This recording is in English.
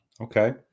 Okay